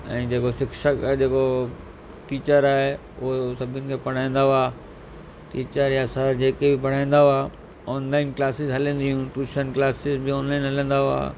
ऐं जेको शिक्षक आहे जेको टीचर आहे उहो सभिनि खे पढ़ाईंदा हुआ टीचर या सर जेके बि पढ़ाईंदा हुआ ऑनलाइन क्लासिस हलंदियूं ट्यूशन क्लासिस बि ऑनलाइन हलंदा हुआ